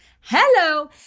hello